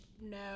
No